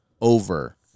over